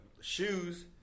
shoes